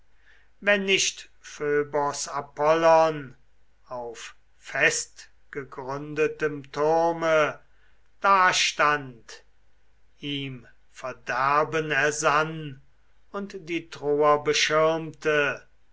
wenn nicht phöbos apollon auf festgegründetem turme dastand ihm verderben ersann und die troer beschirmte